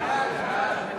החלטת ועדת